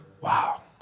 Wow